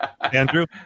Andrew